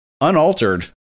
unaltered